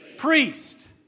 priest